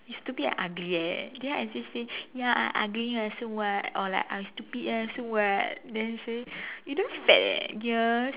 you stupid and ugly eh then I still say ya I ugly lah so what or like I stupid ah so what then say you damn fat eh ya